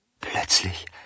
Plötzlich